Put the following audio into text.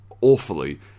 awfully